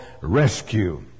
rescue